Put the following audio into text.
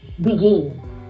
begin